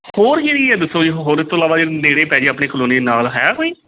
ਹੋਰ ਕਿਹੜੀ ਆ ਦੱਸੋ ਜੇ ਹੋਰ ਇਹ ਤੋਂ ਇਲਾਵਾ ਜੇ ਨੇੜੇ ਪੈ ਜਾਵੇ ਆਪਣੇ ਕਲੋਨੀ ਦੇ ਨਾਲ ਹੈ ਕੋਈ